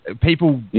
people